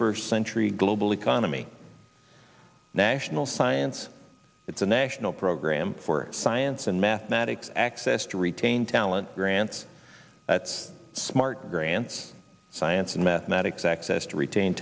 first century global economy national science it's a national program for science and mathematics access to retain talent grants that's smart grants science and mathematics access to retain